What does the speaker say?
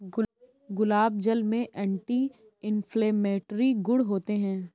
गुलाब जल में anti inflammatory गुण होते हैं